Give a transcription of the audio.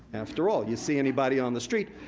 after all, you see anybody on the street,